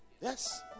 Yes